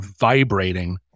vibrating